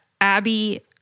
abby